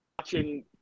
watching